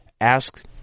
ask